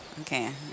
Okay